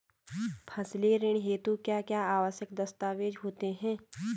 फसली ऋण हेतु क्या क्या आवश्यक दस्तावेज़ होते हैं?